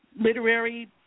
literary